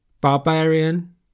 Barbarian